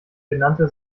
genannte